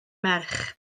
merch